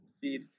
feed